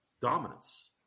dominance